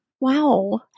wow